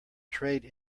trade